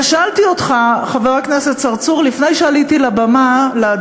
ושאלתי אותך, חבר הכנסת צרצור, לפני שעליתי לדוכן,